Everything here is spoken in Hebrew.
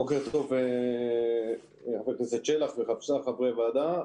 בוקר טוב לחבר הכנסת שלח ולשאר חברי הוועדה.